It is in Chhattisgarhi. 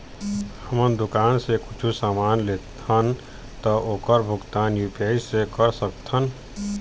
हमन दुकान से कुछू समान लेथन ता ओकर भुगतान यू.पी.आई से कर सकथन?